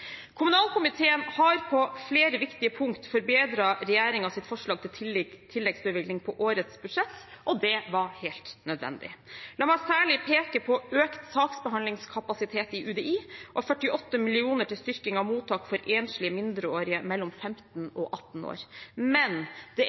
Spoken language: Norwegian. Kommunalkomiteen har på flere viktige punkt forbedret regjeringens forslag til tilleggsbevilgning på årets budsjett, og det var helt nødvendig. La meg særlig peke på økt saksbehandlingskapasitet i UDI og 48 mill. kr til styrking av mottak for enslige mindreårige mellom 15 og 18 år. Men det